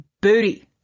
booty